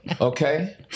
Okay